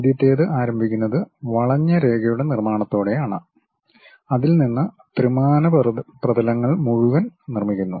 ആദ്യത്തേത് ആരംഭിക്കുന്നത് വളഞ്ഞ രേഖയുടെ നിർമ്മാണത്തോടെയാണ് അതിൽ നിന്ന് ത്രിമാന പ്രതലങ്ങൾ മുഴുവൻ നിർമ്മിക്കുന്നു